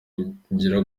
ukugira